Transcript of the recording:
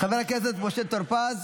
חבר הכנסת משה טור פז,